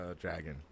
Dragon